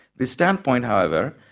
the standpoint, however,